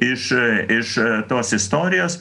iš iš tos istorijos